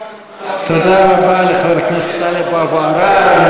תודה רבה לחבר הכנסת טלב אבו עראר.